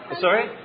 sorry